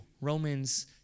Romans